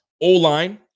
O-line